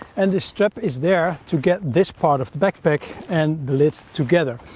and this strap is there to get this part of the backpack and the lid together.